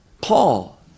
paul